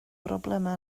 broblemau